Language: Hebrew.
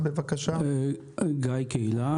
שמי גיא קהילה,